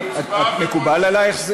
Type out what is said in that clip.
מקובל עלייך,